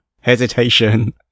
Hesitation